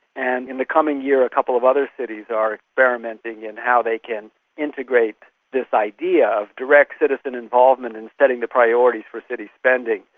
and in the coming year a couple of other cities are experimenting in how they can integrate this idea of direct citizen involvement in setting the priorities for city spending,